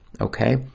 okay